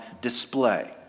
display